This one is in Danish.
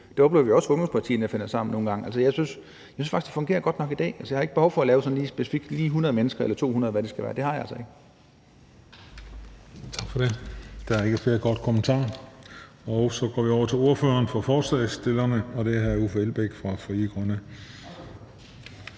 Der oplever vi jo også, at ungdomspartierne finder sammen nogle gange. Jeg synes faktisk, det fungerer godt nok i dag. Altså, jeg har ikke behov for, er det sådan lige specifikt skal være 100 mennesker eller 200 mennesker, eller hvad det skal være – det har jeg altså ikke.